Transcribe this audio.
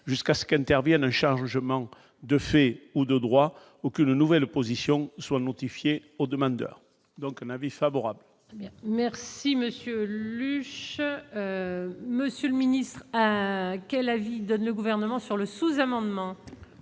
jusqu'à ce qu'elle intervienne un chargement de fait ou de droit, aucune nouvelle position soit notifiée au demandeur, donc un avis favorable. Merci Monsieur Lüscher Monsieur le Ministre quel Avedon, le gouvernement sur le sous-amendement.